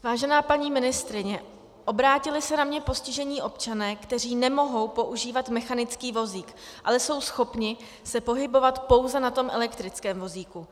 Vážená paní ministryně, obrátili se na mě postižení občané, kteří nemohou používat mechanický vozík, ale jsou schopni se pohybovat pouze na tom elektrickém vozíku.